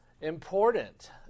important